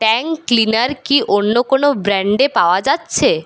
টাঙ্গ cleaner কি অন্য কোনও ব্র্যান্ডের পাওয়া যাচ্ছে